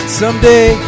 someday